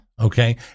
Okay